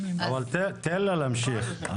תן לה להמשיך.